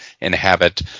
inhabit